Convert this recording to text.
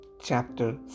chapter